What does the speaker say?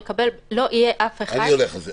לא יהיה אף אחד --- אני הולך על זה.